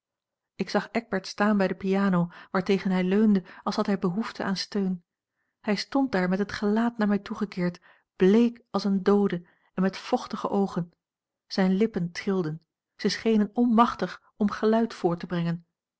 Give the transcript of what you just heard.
ik zag eckbert staan bij de piano waartegen hij leunde als had hij behoefte aan steun hij stond daar met het gelaat naar mij toegekeerd bleek als een doode en met vochtige oogen zijne lippen trilden zij schenen onmachtig om geluid voort te brengen